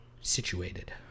situated